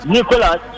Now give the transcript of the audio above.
Nicolas